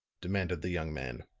demanded the young man.